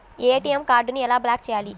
ATM కార్డుని ఎలా block చేయాలి?